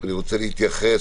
אני רוצה להתייחס